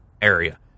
area